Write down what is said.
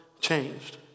changed